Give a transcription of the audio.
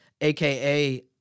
AKA